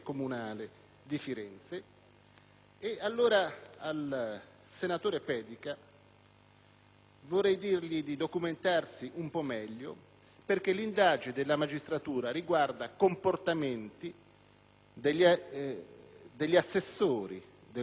tale vorrei dire al collega di documentarsi un po' meglio, perché l'indagine della magistratura riguarda comportamenti degli assessori del comune di Firenze.